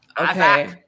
Okay